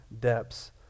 depths